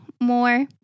more